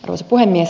arvoisa puhemies